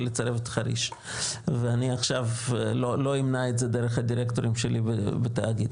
לצרף את חריש ואני עכשיו לא אמנע את זה דרך הדירקטורים שלי בתאגיד.